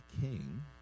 king